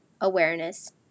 awareness